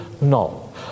No